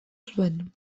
zuen